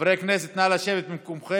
חברי הכנסת, נא לשבת במקומכם.